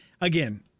Again